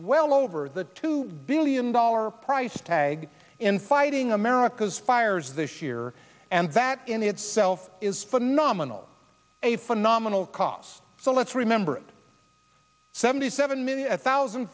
well over the two billion dollar price tag in fighting america's fires this year and that in itself is phenomenal a phenomenal cause so let's remember seventy seven million a thousand